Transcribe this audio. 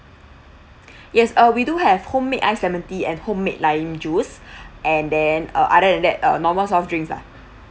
yes uh we do have homemade ice lemon tea and homemade lime juice and then uh other than that uh normal soft drinks lah